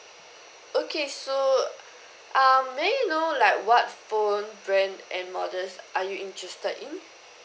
okay so um may I know like what phone brand and models are you interested in